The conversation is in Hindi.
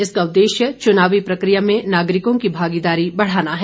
इसका उद्देश्य चुनावी प्रक्रिया में नागरिकों की भागीदारी बढ़ाना है